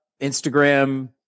Instagram